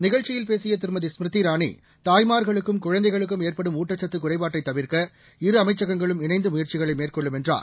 நிகழ்ச்சியில் பேசிய திருமதி ஸ்மிருதி இரானி தாய்மார்களுக்கும் குழந்தைகளுக்கும் ஏற்படும் ஊட்டச்சத்து குறைபாட்டை தவிர்க்க இரு அமைச்சகங்களும் இணைந்து முயற்சிகளை மேற்கொள்ளும் என்றார்